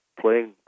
playing